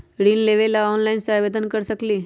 ऋण लेवे ला ऑनलाइन से आवेदन कर सकली?